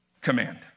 command